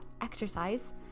exercise